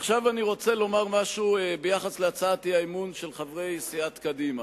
עכשיו אני רוצה לומר משהו ביחס להצעת האי-אמון של חברי סיעת קדימה.